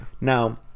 Now